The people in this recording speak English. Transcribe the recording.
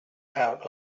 out